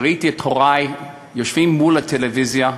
שראיתי את הורי יושבים מול הטלוויזיה,